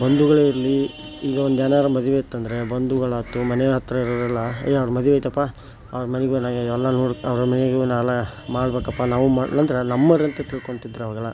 ಬಂಧುಗಳೇ ಇರಲಿ ಈಗ ಒಂದು ಏನಾದ್ರು ಮದುವೆ ಇತ್ತಂದ್ರೆ ಬಂಧುಗಳಾಯ್ತು ಮನೆ ಹತ್ರ ಇರೋರೆಲ್ಲ ಏ ಅವ್ರ ಮದುವೆ ಐತಪ್ಪ ಅವ್ರ ಮನೆಗೋಗಿ ಎಲ್ಲ ನೋಡಿ ಅವ್ರ ಮನೆಗೋಗಿ ನಾ ಎಲ್ಲ ಮಾಡ್ಬೇಕಪ್ಪ ನಾವೂ ಮಾಡ್ಲಿಲ್ಲಾಂದ್ರೆ ನಮ್ಮೋರಂತ ತಿಳ್ಕೊತಿದ್ರ ಅವಾಗೆಲ್ಲ